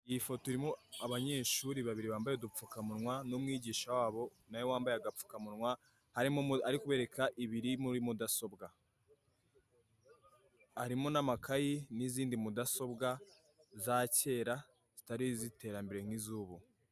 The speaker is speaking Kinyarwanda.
Iyi foto irimo abanyeshuri babiri bambaye udupfukamunwa n'umwigisha wabo na we wambaye agapfukamunwa ari kubereka ibiri muri mudasobwa. Harimo n'amakayi n'izindi mudasobwa za kera zitari iz'iterambere nk'izubu.